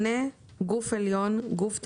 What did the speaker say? קנה, גוף עליון, גוף תחתון,